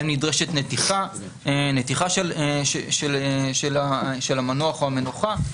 האם נדרשת נתיחה של המנוח או המנוחה,